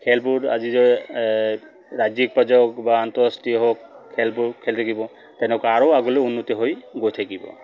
খেলবোৰ আজিৰ দৰে এই ৰাজ্যিক পৰ্যায় হওক বা আন্তঃৰাষ্ট্ৰীয় হওক খেলবোৰ খেলি থাকিব তেনেকুৱা আৰু আগলৈ উন্নতি হৈ গৈ থাকিব